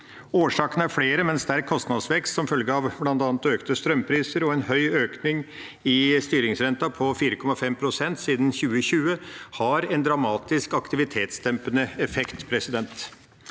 Årsakene er flere, men sterk kostnadsvekst som følge av bl.a. økte strømpriser og en høy økning i styringsrenta – på 4,5 prosentpoeng siden 2020 – har en dramatisk aktivitetsdempende effekt.